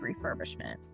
refurbishment